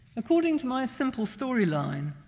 according to my simple storyline,